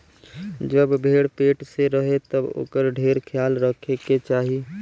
जब भेड़ पेट से रहे तब ओकर ढेर ख्याल रखे के चाही